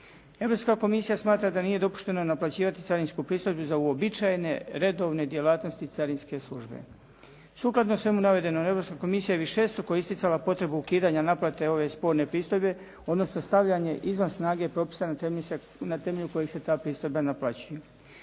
Europska komisija smatra da nije dopušteno naplaćivati carinsku pristojbu za uobičajene redovne djelatnosti carinske službe. Sukladno svemu navedenom Europska komisija je višestruko isticala potrebu ukidanja naplate ove sporne pristojbe, odnosno stavljanje izvan snage propisa na temelju kojeg se ta pristojba naplaćuje.